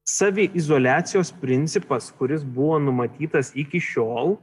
saviizoliacijos principas kuris buvo numatytas iki šiol